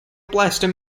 plaster